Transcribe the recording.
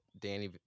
Danny